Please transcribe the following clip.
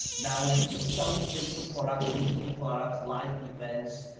now you could be selling physical products, digital products, live events,